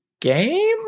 game